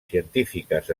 científiques